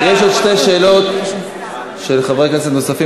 יש עוד שתי שאלות של חברי כנסת נוספים,